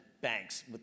banks